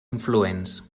influents